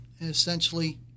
essentially